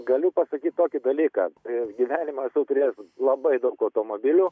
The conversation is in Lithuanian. galiu pasakyt tokį dalyką gyvenime esu turėjęs labai daug automobilių